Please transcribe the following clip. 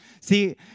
See